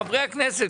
חברי הכנסת,